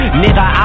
nigga